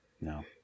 no